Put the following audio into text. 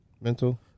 Mental